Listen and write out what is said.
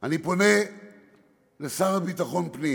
אני פונה לשר לביטחון פנים